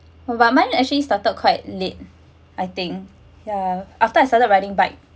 oh but mine actually started quite late I think ya after I started riding bike